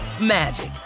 magic